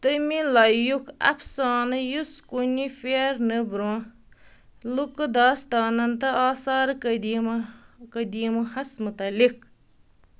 تَمہِ لَیُک اَفسانہٕ یُس كُنہِ پھیرنہٕ برٛونٛہہ لُکہٕ داستانَن تہٕ آثارٕ قدیٖمہٕ قدیٖمہٕ ہس مُتعلق